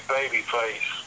Babyface